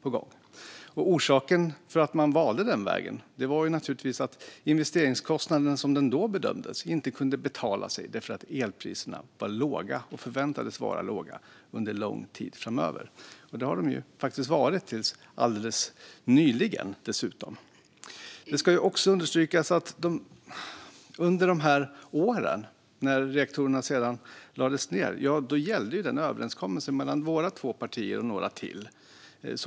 Anledningen till att man valde den vägen var att investeringskostnaden som den då bedömdes bli inte kunde betala sig eftersom elpriserna var låga och förväntades vara låga under lång tid framöver. Det har de också faktiskt varit till alldeles nyligen. Det ska också understrykas att under de år då reaktorerna lades ned gällde överenskommelsen mellan våra två partier och några till.